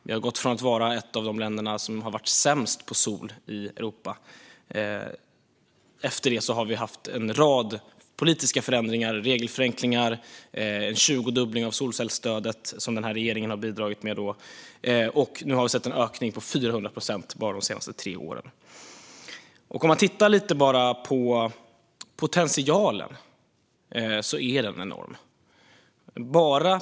Vi har gått från att vara ett av de länder som har varit sämst på solenergi i Europa. Sedan har det skett en rad politiska förändringar - regelförenklingar och en tjugodubbling av solcellsstödet. Detta har denna regering bidragit med. Nu har vi sett en ökning på 400 procent bara under de senaste tre åren. Om man tittar lite grann på potentialen är den enorm.